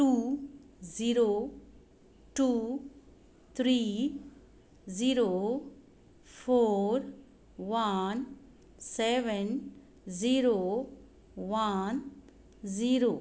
two zero two three zero four one seven zero one zero